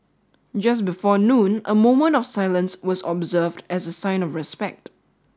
just before noon a moment of silence was observed as a sign of respect